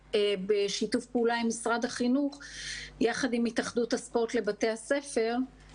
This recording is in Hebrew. ובשיתוף פעולה עם משרד החינוך יחד עם התאחדות הספורט לבתי הספר.